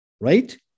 right